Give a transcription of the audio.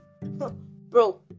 bro